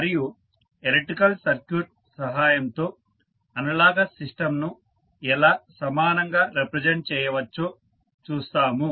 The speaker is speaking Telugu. మరియు ఎలక్ట్రికల్ సర్క్యూట్ సహాయంతో అనలాగస్ సిస్టంను ఎలా సమానంగా రిప్రజెంట్ చేయవచ్చో చూస్తాము